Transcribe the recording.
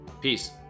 Peace